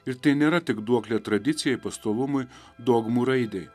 ir tai nėra tik duoklė tradicijai pastovumui dogmų raidei